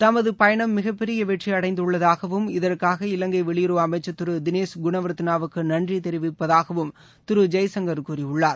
தமது பயணம் மிகப்பெரிய வெற்றி அடைந்துள்ளதாகவும் இதற்காக இலங்கை வெளியுறவு அமைச்சர் திரு தினேஷ் குணவர்தனாவுக்கு நன்றி தெரிவிப்பதாகவும் திரு ஜெய்சங்கர் கூறியுள்ளார்